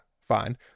fine